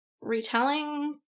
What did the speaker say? retelling